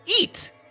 eat